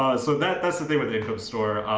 so that that's the thing with a coach store.